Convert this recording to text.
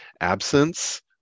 absence